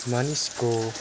मानिसको